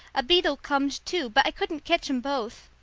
a beetle comed, too, but i couldn't ketch em both.